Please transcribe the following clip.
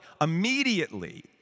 immediately